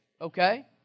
okay